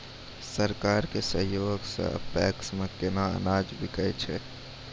सरकार के सहयोग सऽ पैक्स मे केना अनाज बिकै छै?